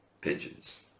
pigeons